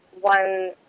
one